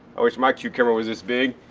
i wish my cucumber was this big.